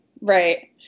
right